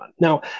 Now